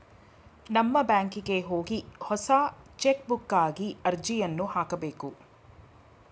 ನಮ್ಮ ಬ್ಯಾಂಕಿಗೆ ಹೋಗಿ ಹೊಸ ಚೆಕ್ಬುಕ್ಗಾಗಿ ಅರ್ಜಿಯನ್ನು ಹಾಕಬೇಕು